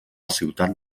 ciutat